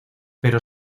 pero